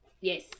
Yes